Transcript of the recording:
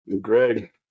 Greg